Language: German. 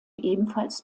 ebenfalls